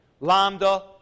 lambda